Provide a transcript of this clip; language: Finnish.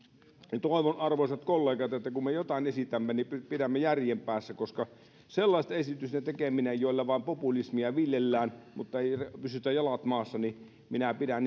toivon arvoisat kollegat että kun me jotain esitämme niin pidämme järjen päässä koska sellaisia puheenvuoroja ja sellaisten esitysten tekemistä joilla vain populismia viljellään mutta joissa eivät pysy jalat maassa pidän